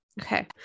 okay